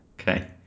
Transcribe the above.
Okay